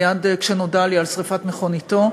מייד כשנודע לי על שרפת מכוניתו.